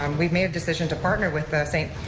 um we made a decision to partner with st.